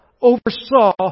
oversaw